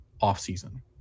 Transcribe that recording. off-season